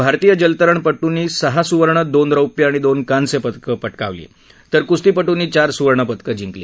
भारतीय जलतरणपटूंनी सहा सुवर्ण दोन रौप्य आणि दोन कांस्य पदकं पटकावली तर कुस्ती पटूंनी चार सुवर्ण पदकं जिंकली